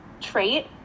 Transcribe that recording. trait